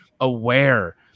aware